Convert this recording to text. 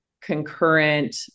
concurrent